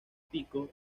pico